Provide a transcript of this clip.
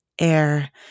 air